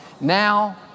Now